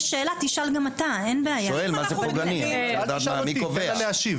מי קובע?